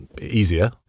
easier